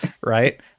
right